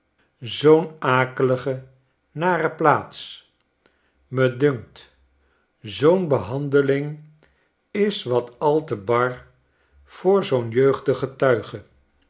zoo'n akelige nare plaats me dunkt zoo'n behandeling is wat al te bar voor zoo'n jeugdig getuige